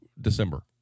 December